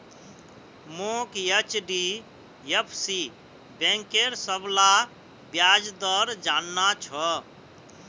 मोक एचडीएफसी बैंकेर सबला ब्याज दर जानना छ